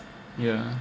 yeah